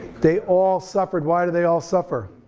they all suffered, why did they all suffer?